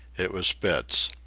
it was spitz.